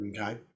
Okay